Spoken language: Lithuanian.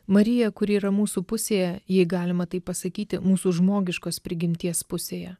marija kuri yra mūsų pusėje jei galima taip pasakyti mūsų žmogiškos prigimties pusėje